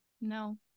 no